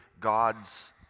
God's